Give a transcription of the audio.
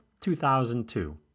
2002